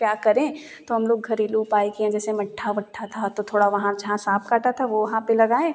क्या करें तो हम लोग घरेलू उपाय किए जैसे मट्ठा वट्ठा था तो थोड़ा वहाँ जहाँ साँप काटा था वो वहाँ पर लगाए